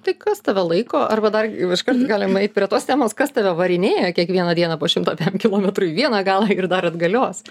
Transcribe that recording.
tai kas tave laiko arba dar iškart galim eit prie tos temos kas tave varinėja kiekvieną dieną po šimtą pem kilometrų į vieną galą ir dar atgalios